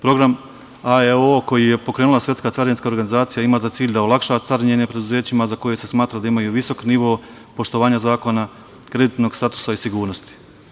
Program AEO, koji je pokrenula Svetska carinska organizacija, ima za cilj da olakša carinjenje preduzećima za koja se smatra da imaju visok nivo poštovanja zakona kreditnog statusa i sigurnosti.